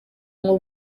ngo